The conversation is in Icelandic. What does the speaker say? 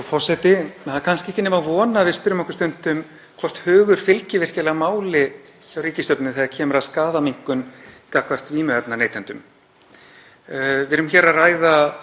Við erum hér að ræða slugsið varðandi afglæpavæðinguna en rifjum líka upp árið 2019 þegar við vorum með neyslurýmin til umfjöllunar í velferðarnefnd.